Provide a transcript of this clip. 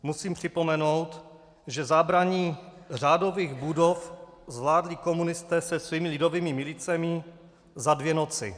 Musím připomenout, že zabrání řádových budov zvládli komunisté se svými lidovými milicemi za dvě noci.